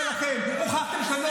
שלנו?